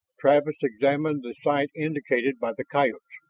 travis examined the site indicated by the coyotes.